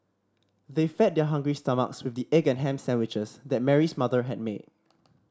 they fed their hungry stomachs with the egg and ham sandwiches that Mary's mother had made